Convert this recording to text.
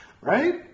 right